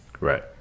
Right